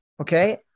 Okay